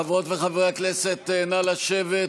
חברות וחברי הכנסת, נא לשבת.